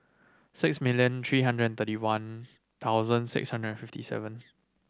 six million three hundred and thirty one thousand six hundred and fifty seven